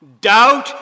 Doubt